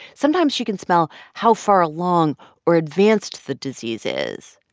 sometimes she can smell how far along or advanced the disease is,